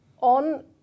on